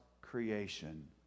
creation